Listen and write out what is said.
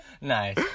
Nice